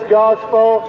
gospel